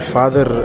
Father